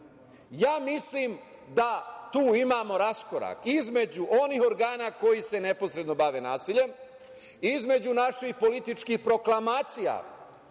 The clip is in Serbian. Mislim da tu imamo raskorak između onih organa koji se neposredno bave nasiljem, između naših političkih proklamacija